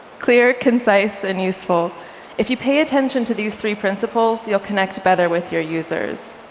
clear, concise, and useful if you pay attention to these three principles, you'll connect better with your users.